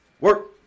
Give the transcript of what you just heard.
work